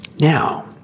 Now